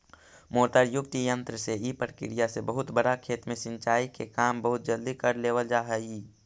motor युक्त यन्त्र से इ प्रक्रिया से बहुत बड़ा खेत में सिंचाई के काम बहुत जल्दी कर लेवल जा हइ